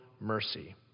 mercy